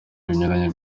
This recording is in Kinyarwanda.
binyuranye